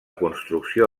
construcció